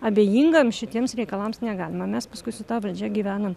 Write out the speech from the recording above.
abejingam šitiems reikalams negalima mes paskui su ta valdžia gyvenam